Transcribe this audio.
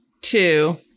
two